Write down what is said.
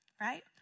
right